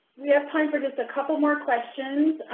we have time for just a couple more questions.